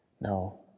No